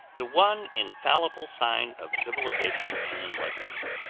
the one infallible sign of civilization and enlightenment.